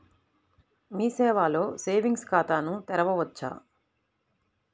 మీ సేవలో సేవింగ్స్ ఖాతాను తెరవవచ్చా?